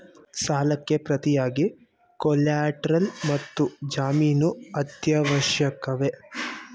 ಸಾಲಕ್ಕೆ ಪ್ರತಿಯಾಗಿ ಕೊಲ್ಯಾಟರಲ್ ಮತ್ತು ಜಾಮೀನು ಅತ್ಯವಶ್ಯಕವೇ?